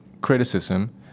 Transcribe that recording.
criticism